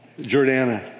Jordana